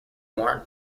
worn